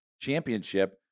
Championship